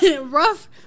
Rough